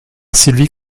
sylvie